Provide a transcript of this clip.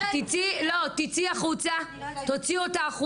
תוציאו אותה.